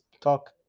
talk